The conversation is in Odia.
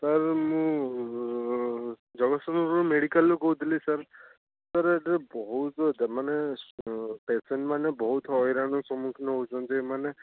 ସାର୍ ମୁଁ ଜଗତସିଂହପୁର ମେଡ଼ିକାଲ୍ରୁ କହୁଥିଲି ସାର୍ ସାର୍ ଏଇଠି ବହୁତ ସେମାନେ ପେସେଣ୍ଟ୍ ମାନେ ବହୁତ ହଇରାଣର ସମ୍ମୁଖୀନ ହେଉଛନ୍ତି ମାନେ